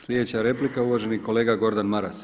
Sljedeća replika uvaženi kolega Gordan Maras.